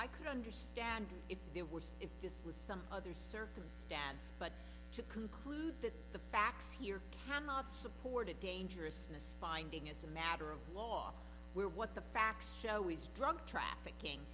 i could understand if there was if this was some other circumstance but to conclude that the facts here cannot support a dangerousness finding as a matter of law where what the facts show is drug trafficking